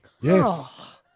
Yes